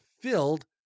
filled